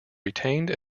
retained